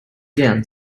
again